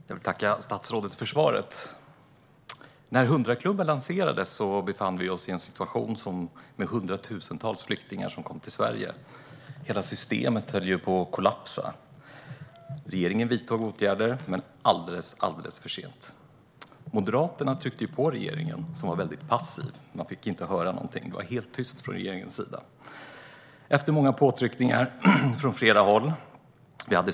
Herr talman! Jag vill tacka statsrådet för svaret. När 100-klubben lanserades kom hundratusentals flyktingar till Sverige. Hela systemet höll på att kollapsa. Regeringen vidtog åtgärder - men alldeles för sent. Moderaterna tryckte på regeringen, som var mycket passiv. Vi fick inte höra någonting, utan det var helt tyst från regeringens sida. Det kom många påtryckningar från flera håll.